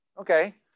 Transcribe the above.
Okay